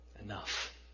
enough